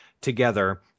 together